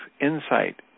insight